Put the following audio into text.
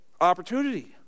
opportunity